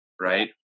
right